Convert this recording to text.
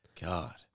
God